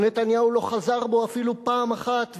ונתניהו לא חזר בו אפילו פעם אחת,